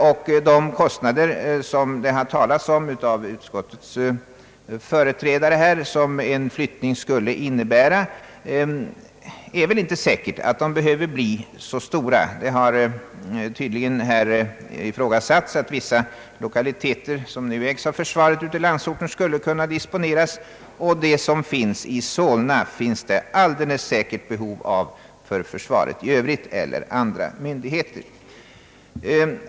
Det är väl inte så säkert att de kostnader, som en utflyttning skulle innebära, behöver bli så stora som utskottets företrädare har nämnt. Det har tydligen ifrågasatts att vissa 1okaliteter som nu ägs av försvaret ute i landsorten skulle kunna disponeras. De som ligger i Solna finns det alldeles säkert behov av för försvaret i övrigt eller för andra myndigheter.